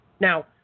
Now